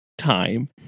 Time